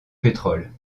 pétrole